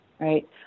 right